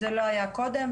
זה לא היה קודם.